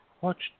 watch